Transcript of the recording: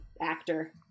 actor